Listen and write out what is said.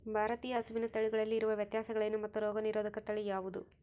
ಭಾರತೇಯ ಹಸುವಿನ ತಳಿಗಳಲ್ಲಿ ಇರುವ ವ್ಯತ್ಯಾಸಗಳೇನು ಮತ್ತು ರೋಗನಿರೋಧಕ ತಳಿ ಯಾವುದು?